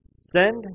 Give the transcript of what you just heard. send